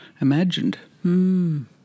imagined